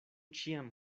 ĉiam